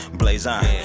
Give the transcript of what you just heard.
blazing